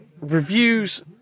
Reviews